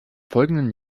folgenden